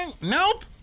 Nope